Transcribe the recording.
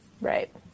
Right